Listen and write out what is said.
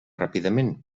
ràpidament